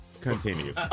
continue